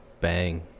bang